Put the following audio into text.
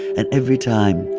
and every time,